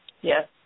Yes